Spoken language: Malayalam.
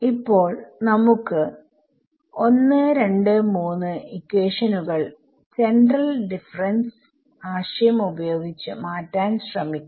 ഇപ്പോൾ നമുക്ക് 123 ഇക്വേഷനുകൾ സെൻട്രൽ ഡിഫറെൻസ് ആശയം ഉപയോഗിച്ച് മാറ്റാൻ ശ്രമിക്കാം